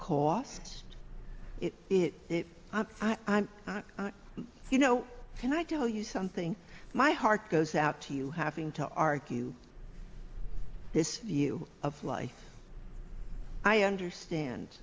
costs it it it i'm you know can i tell you something my heart goes out to you having to argue this view of life i understand